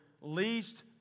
least